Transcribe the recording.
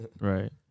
Right